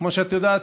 כמו שאת יודעת,